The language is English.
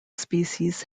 species